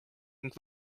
ning